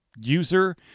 user